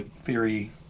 theory